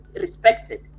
respected